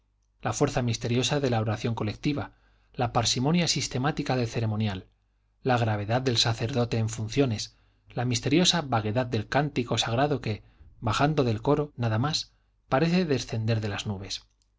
la fuerza misteriosa de la oración colectiva la parsimonia sistemática del ceremonial la gravedad del sacerdote en funciones la misteriosa vaguedad del cántico sagrado que bajando del coro nada más parece descender de las nubes